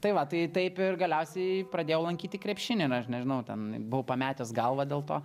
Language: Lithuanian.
tai va tai taip ir galiausiai pradėjau lankyti krepšinį na aš nežinau ten buvau pametęs galvą dėl to